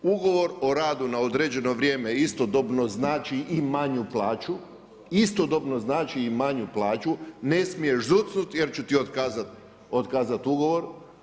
Ugovor o radu na određeno vrijeme, istodobno znači i manju plaću, istodobno znači i manju plaću, ne smiješ zucnuti, jer ću ti otkazati ugovor.